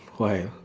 why